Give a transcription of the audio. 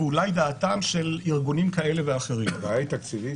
ואולי דעתם של ארגונים כאלה ואחרים --- הבעיה היא תקציבית?